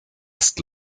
ist